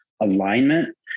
alignment